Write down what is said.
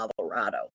Colorado